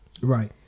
Right